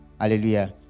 Hallelujah